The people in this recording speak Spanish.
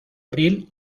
abril